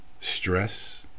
stress